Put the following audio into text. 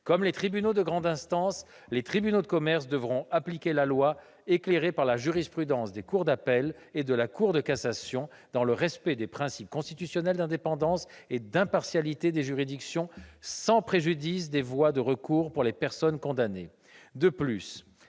Comme les tribunaux de grande instance, les tribunaux de commerce devront appliquer la loi, éclairés par la jurisprudence des cours d'appel et de la Cour de cassation, dans le respect des principes constitutionnels d'indépendance et d'impartialité des juridictions, sans préjudice des voies de recours pour les personnes condamnées.